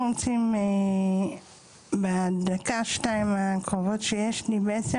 אנחנו רוצים בדקה-שתיים הקרובות שיש לי בעצם